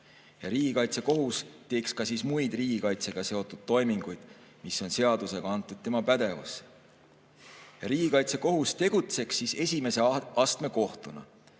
Riigikaitsekohus teeks ka muid riigikaitsega seotud toiminguid, mis on seadusega antud tema pädevusse. Riigikaitsekohus tegutseks esimese astme kohtuna